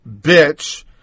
bitch